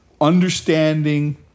understanding